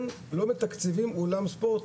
לא מתקצבים אולם ספורט,